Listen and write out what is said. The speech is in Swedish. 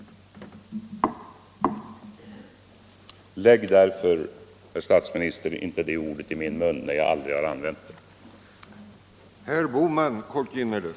Lägg därför inte de här orden i min mun, herr statsminister, när jag aldrig har använt dem!